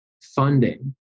funding